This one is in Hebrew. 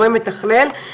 תודה רבה, אני